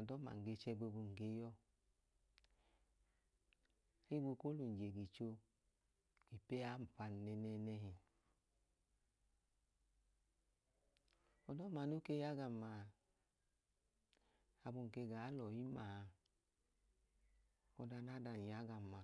Ọdọma ng ge chẹ boobu ng ge ya ọọ. Ohigbu ka o lẹ um je gicho ipeyi aọmpam nẹhi. Ọdọma nook e ya gam a, abọ um ke gaa lẹ ọyi ma a, ọda nɔ adam ya gam a,